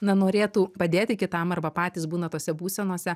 na norėtų padėti kitam arba patys būna tose būsenose